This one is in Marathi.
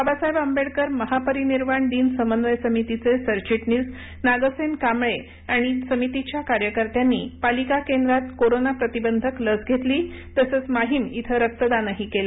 बाबासाहेब आंबेडकर महापरिनिर्वाण दिन समन्वय समितीचे सरचिटणीस नागसेन कांबळे आणि समितीच्या कार्यकर्त्यांनी पालिका केंद्रात कोरोना प्रतिबंधक लस घेऊन माहीम इथं रक्तदान केलं